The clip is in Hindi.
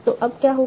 तो अब क्या होगा